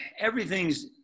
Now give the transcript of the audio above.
everything's –